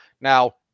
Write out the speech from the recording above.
Now